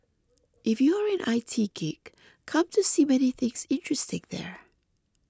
if you are an I T geek come to see many things interesting there